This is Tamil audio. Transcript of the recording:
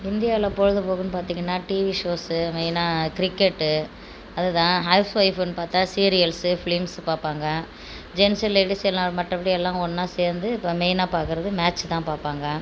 இந்தியாவில் பொழுது போக்குன்னு பார்த்தீங்கன்னா டிவி ஷோஸ்சு மெயினா கிரிக்கெட்டு அதுதான் ஹவுஸ் வைஃப்னு பார்த்தா சீரியல்ஸ்சு ஃபிலிம்ஸ்சு பார்ப்பாங்க ஜென்ஸ்சு லேடிஸ்சு எல்லாம் மற்றபடி எல்லாம் ஒன்னா சேர்ந்து இப்போ மெயினா பார்க்குறது மேட்ச் தான் பார்ப்பாங்க